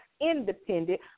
independent